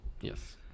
yes